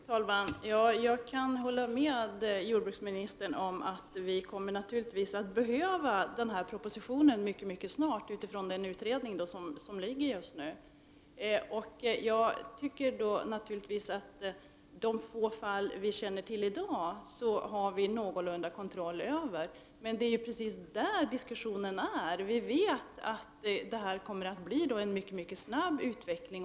Herr talman! Jag kan hålla med jordbruksministern om att vi naturligtvis mycket snart kommer att behöva den proposition som skall grunda sig på resultatet från den nu sittande utredningen. Jag menar att vi har någorlunda kontroll över de få fall av försök på detta område som vi känner till i dag. Men det är just där diskussionen för närvarande befinner sig. Vi vet att det här kommer att bli fråga om en mycket snabb utveckling.